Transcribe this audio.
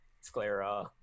sclera